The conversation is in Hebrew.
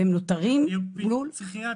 אני אסביר.